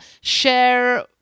share